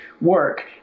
work